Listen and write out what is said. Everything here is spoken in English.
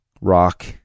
rock